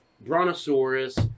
brontosaurus